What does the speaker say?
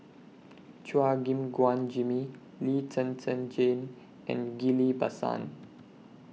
Chua Gim Guan Jimmy Lee Zhen Zhen Jane and Ghillie BaSan